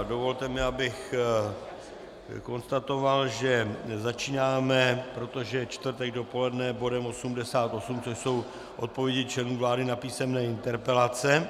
Dovolte mi, abych konstatoval, že začínáme, protože je čtvrtek dopoledne, bodem 88, což jsou odpovědi členů vlády na písemné interpelace.